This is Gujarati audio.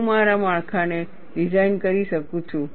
કે હું મારા માળખા ને ડિઝાઇન કરી શકું છું